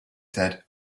said